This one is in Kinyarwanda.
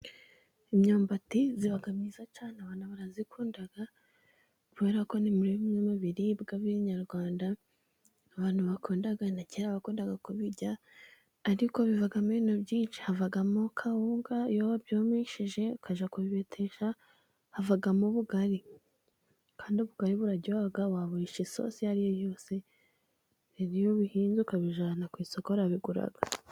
Imyumbati iba myiza cyane, abantu barayikunda kubera ko ni bimwe mu biribwa by'ibinyarwanda abantu bakunda na kera bakundaga kuyirya ariko bivamo byinshi, havamo kawunga iyo wabyumishije ukajya kubibetesha, havamo ubugari kandi ubwo bugari buraryoha waburisha isosi iyo ari yo yose, n'iyo ubuhinze ukabijyana ku isoko barabigura.